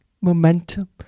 Momentum